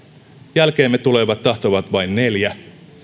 jälkeemme tulevat tahtovat vain neljä